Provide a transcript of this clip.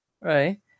Right